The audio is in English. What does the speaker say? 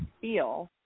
feel